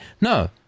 No